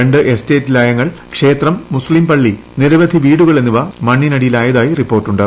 രണ്ട് എസ്റ്റേറ്റ് ലയങ്ങൾ ക്ഷേത്രം മുസ്ലിം പളളി നിരവധി വീടുകൾ എന്നിവ മണ്ണിനടിയിലായതായി റിപ്പോർട്ടുണ്ട്